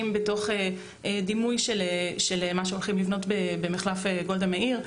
בתוך דימוי של מה שהולכים לבנות במחלף גולדה מאיר.